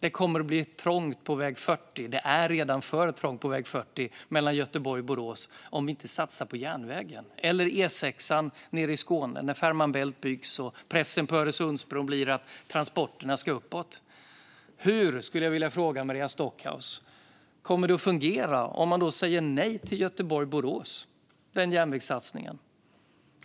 Det kommer att bli trångt på väg 40 - det är redan för trångt på vägen mellan Göteborg och Borås - om vi inte satsar på järnvägen eller på E6:an nere i Skåne, när Fehmarn Bält byggs och pressen på Öresundsbron blir att transporterna ska uppåt. Jag skulle vilja fråga Maria Stockhaus: Hur kommer det att fungera om man säger nej till järnvägssatsningarna Göteborg-Borås